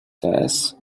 tess